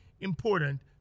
important